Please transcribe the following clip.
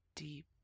deep